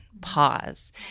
pause